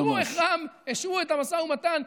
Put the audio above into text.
תראו איך רע"מ השעו את המשא ומתן,